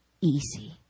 easy